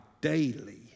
daily